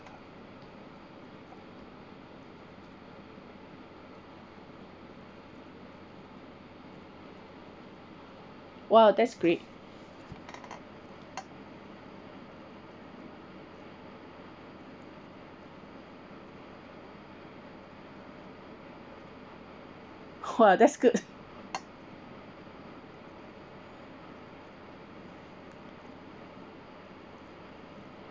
!wow! that's great !wah! that's good